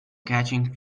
catching